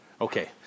Okay